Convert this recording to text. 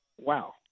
wow